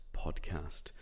Podcast